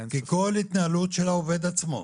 כל התנהלות של העובד עצמו,